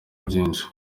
byinshi